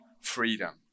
freedom